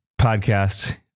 podcast